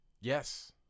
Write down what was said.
Yes